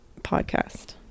podcast